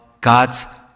God's